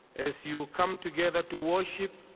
as you come together to worship,